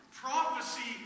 Prophecy